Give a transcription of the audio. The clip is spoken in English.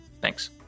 Thanks